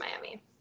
Miami